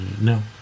No